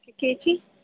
قینچی